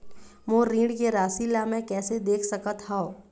मोर ऋण के राशि ला म कैसे देख सकत हव?